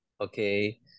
okay